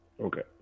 okay